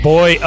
Boy